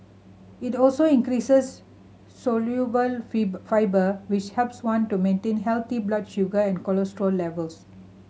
it also increases soluble fibre which helps one to maintain healthy blood sugar and cholesterol levels